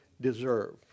deserve